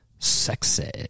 Sexy